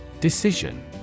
Decision